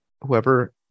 whoever